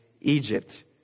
Egypt